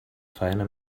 faena